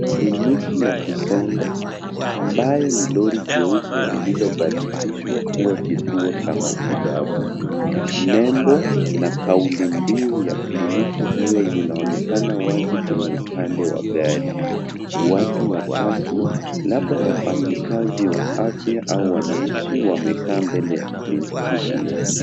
Kliniki ya kusonga ambayo ni lori jeupe lililobadilishwa kuwa kituo cha matibabu. Nembo na kaulimbiu ya kliniki hio inaonekana wazi kwenye upande wa gari. Watu watatu labda wafanyakazi wa afya au wananchi wamekaa mbele ya kliniki hio.